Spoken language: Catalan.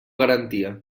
garantia